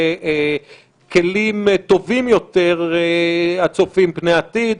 כלים טובים יותר הצופים פני עתיד,